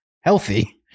healthy